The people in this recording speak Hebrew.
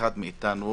אחד מאתנו,